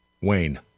Wayne